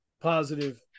positive